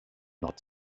nord